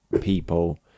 people